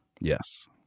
Yes